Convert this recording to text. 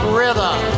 rhythm